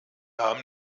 haben